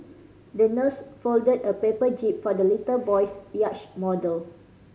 the nurse folded a paper jib for the little boy's yacht model